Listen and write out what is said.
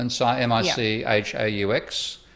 M-I-C-H-A-U-X